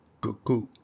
cuckoo